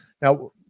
Now